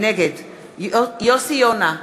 נגד יוסי יונה,